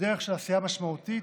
בדרך של עשייה משמעותית.